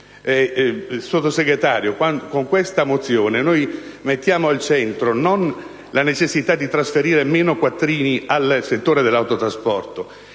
Sottosegretario, con questa mozione noi mettiamo al centro, non la necessità di trasferire meno quattrini al settore dell'autotrasporto,